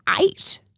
eight